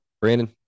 Brandon